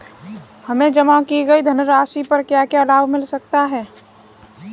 हमें जमा की गई धनराशि पर क्या क्या लाभ मिल सकता है?